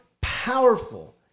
powerful